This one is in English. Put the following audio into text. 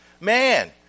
man